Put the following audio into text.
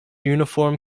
uniform